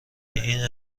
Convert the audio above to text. این